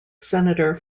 senator